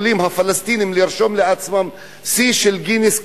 יכולים הפלסטינים לרשום לעצמם שיא גינס,